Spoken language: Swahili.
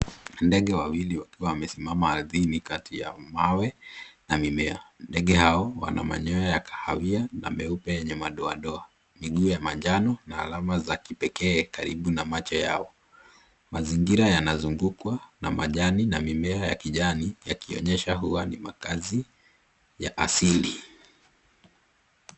Ndege wawili wakiwa wamesimama ardhini, kati ya mawe na mimea. Ndege hao wana manyoya ya kahawia na meupe yenye madoadoa, miguu ya manjano na alama za kipekee karibu na macho yao. Mazingira yanazungukwa na majani na mimea ya kijani yakionyesha kuwa ni makazi ya asili.